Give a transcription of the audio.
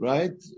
Right